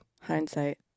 Hindsight